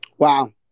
Wow